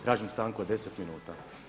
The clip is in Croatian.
Tražim stanku od 10 minuta.